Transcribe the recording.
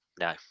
no